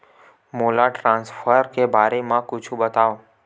मोला ट्रान्सफर के बारे मा कुछु बतावव?